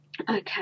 okay